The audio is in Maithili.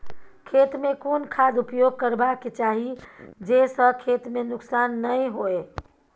खेत में कोन खाद उपयोग करबा के चाही जे स खेत में नुकसान नैय होय?